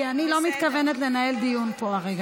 כי אני לא מתכוונת לנהל פה דיון הרגע.